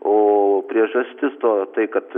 o priežastis to tai kad